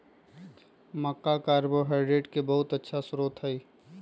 मक्का carbohydrate के बहुत अच्छा स्रोत हई